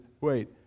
wait